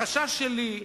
החשש שלי,